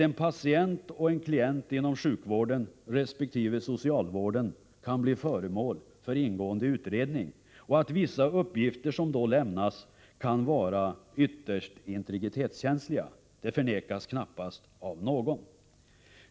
en patient och en klient inom sjukvården resp. socialvården kan bli föremål för ingående utredning och att vissa uppgifter som då lämnas kan vara ytterst integritetskänsliga förnekas knappast av någon.